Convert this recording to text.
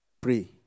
Pray